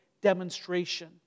demonstration